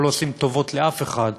אנחנו לא עושים טובות לאף אחד,